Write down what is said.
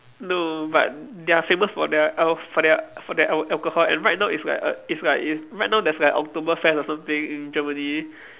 no but they are famous for their al~ for their for their al~ alcohol and right now is like err is like is right now there's like Oktoberfest or something in Germany